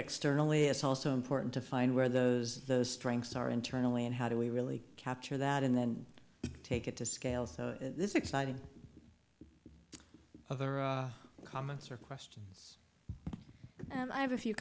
externally it's also important to find where those those strengths are internally and how do we really capture that and then take it to scale so this exciting other comments or question and i have a few